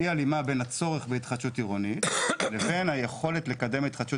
אי-הלימה בין הצורך בהתחדשות עירונית לבין היכולת לקדם התחדשות